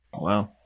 wow